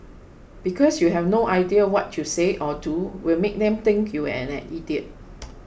because you have no idea what you say or do will make them think you're an idiot